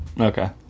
Okay